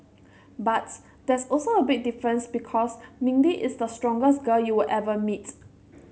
but there's also a big difference because Mindy is the strongest girl you will ever meet